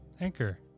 anchor